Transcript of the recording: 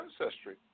ancestry